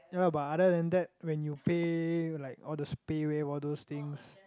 ya but other than that when you pay like all those PayWave all those things